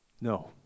No